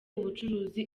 ubucuruzi